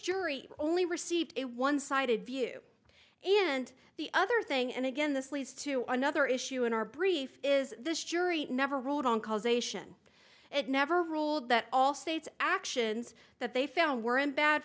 jury only received a one sided view and the other thing and again this leads to another issue in our brief is this jury never ruled on causation it never ruled that all states actions that they found were in bad